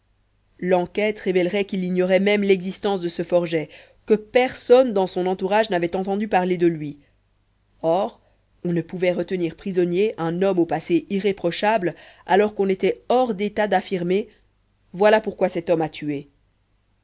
l'enquête révélerait qu'il ignorait même l'existence de ce forget que personne dans son entourage n'avait entendu parler de lui or on ne pouvait retenir prisonnier un homme au passé irréprochable alors qu'on était hors d'état d'affirmer voilà pourquoi cet homme a tué